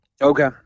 okay